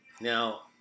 Now